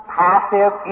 passive